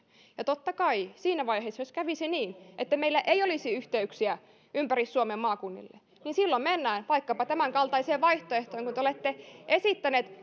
totta kai siinä vaiheessa jos kävisi niin että meillä ei olisi yhteyksiä ympäri suomen maakuntiin niin silloin mennään vaikkapa tämän kaltaiseen vaihtoehtoon kuin te olette esittäneet